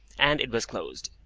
and it was closed.